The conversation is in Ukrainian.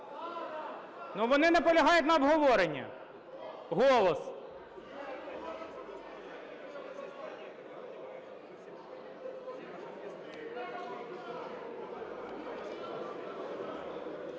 вони наполягають на обговоренні. "Голос".